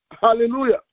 Hallelujah